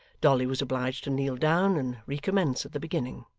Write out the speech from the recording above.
dolly was obliged to kneel down, and recommence at the beginning.